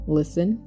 listen